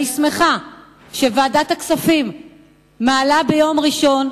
אני שמחה שוועדת הכספים מעלה ביום ראשון